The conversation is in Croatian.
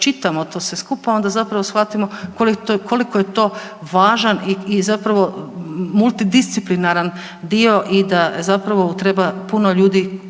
čitamo to sve skupa onda zapravo shvatimo koliko je to važan i zapravo multidisciplinaran dio i da zapravo treba puno ljudi,